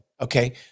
okay